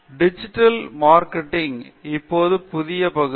digital marketing இப்போது புதிய பகுதி